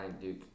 Duke